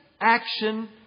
action